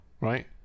right